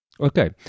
Okay